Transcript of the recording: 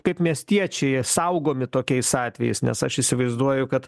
kaip miestiečiai saugomi tokiais atvejais nes aš įsivaizduoju kad